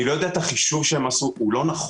אני לא יודע את החישוב שהם עשו אבל הוא לא נכון.